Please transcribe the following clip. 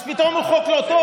אז פתאום הוא חוק לא טוב?